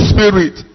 Spirit